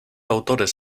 autores